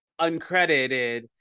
uncredited